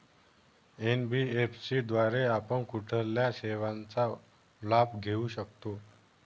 NBFC द्वारे आपण कुठल्या सेवांचा लाभ घेऊ शकतो?